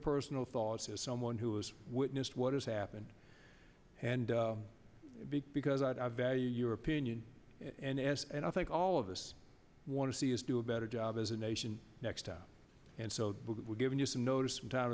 personal thoughts as someone who has witnessed what has happened and big because i value your opinion and ask and i think all of us want to see us do a better job as a nation next time and so we're giving you some notice from time